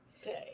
Okay